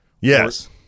Yes